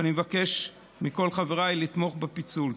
ואני מבקש מכל חבריי לתמוך בפיצול.